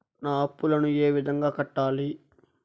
నా అప్పులను ఏ విధంగా కట్టాలి?